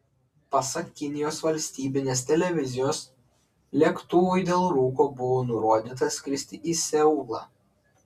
pasak kinijos valstybinės televizijos lėktuvui dėl rūko buvo nurodyta skristi į seulą